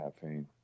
caffeine